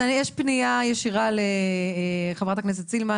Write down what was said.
אז יש פנייה ישירה לחה"כ סילמן,